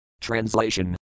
Translation